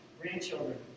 grandchildren